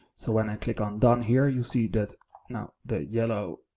so when i click on down here, you'll see that now the yellow